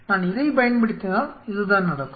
நான் இதைப் பயன்படுத்தினால் இதுதான் நடக்கும்